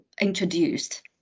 introduced